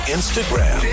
Instagram